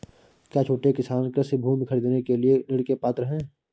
क्या छोटे किसान कृषि भूमि खरीदने के लिए ऋण के पात्र हैं?